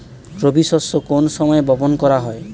রবি শস্য কোন সময় বপন করা হয়?